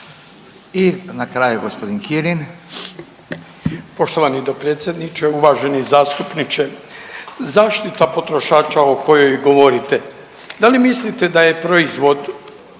I na kraju g. Kirin. **Kirin, Ivan (HDZ)** Poštovani dopredsjedniče. Uvaženi zastupniče, zaštita potrošača o kojoj govorite, da li mislite da je proizvod